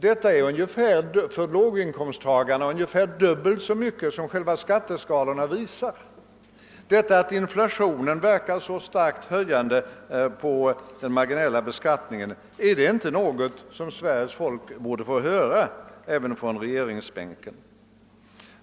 Denna skatt är för låginkomsttagarna i verkligheten nära dubbelt så mycket som skatteskalorna visar. Detta faktum att inflatio nen verkar så starkt höjande på den marginella beskattningen, är inte det någonting som Sveriges folk borde få höra även från regeringsbänken?